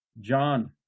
John